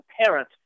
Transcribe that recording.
parent